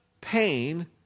pain